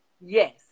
Yes